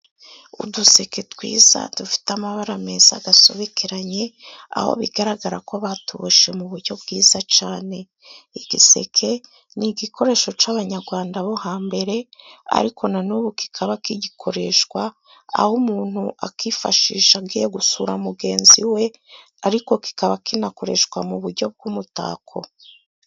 Uduseke twiza dufite amabara meza dusobekeranye, aho bigaragara ko batuboshye mu buryo bwiza cyane. Igiseke ni igikoresho cy'Abanyarwanda bo hambere, ariko na n'ubu kikaba kigikoreshwa. Aho umuntu acyifashisha agiye gusura mugenzi we, ariko kikaba kinakoreshwa mu buryo bw'umutako.